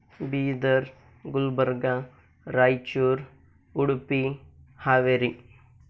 Bidar Gulbarga Raichur Udupi Haveri